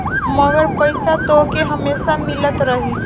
मगर पईसा तोहके हमेसा मिलत रही